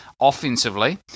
Offensively